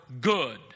good